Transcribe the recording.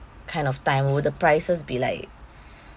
kind of time will the prices be like